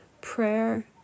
prayer